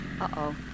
Uh-oh